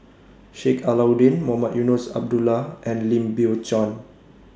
Sheik Alau'ddin Mohamed Eunos Abdullah and Lim Biow Chuan